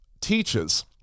teaches